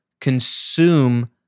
consume